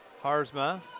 Harzma